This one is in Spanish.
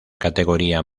categoría